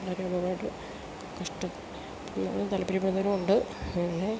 വളരെ ഒരുപാട് കഷ്ടപ്പെടാനും താൽപ്പര്യപ്പെടുന്നവരും ഉണ്ട് പിന്നെ